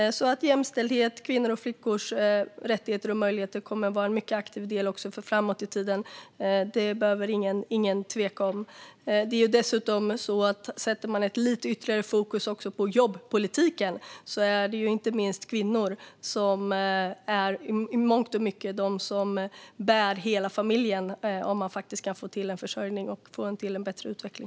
Jämställdhet och kvinnors och flickors rättigheter och möjligheter kommer att vara en mycket aktiv del också framåt i tiden. Det behöver ingen tveka om. Om man dessutom sätter ytterligare fokus på jobbpolitiken är det inte minst kvinnor som i mångt och mycket är de som bär hela familjen om man kan få till en försörjning och en bättre utveckling.